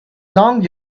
long